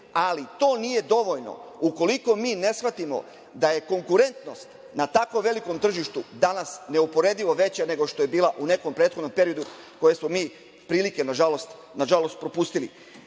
ali to nije dovoljno ukoliko mi ne shvatimo da je konkurentno da je konkurentnost na takvom velikom tržištu danas neuporedivo veća nego što je bila u nekom prethodnom periodu koje smo mi prilike, nažalost,